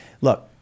Look